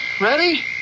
Ready